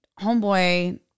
homeboy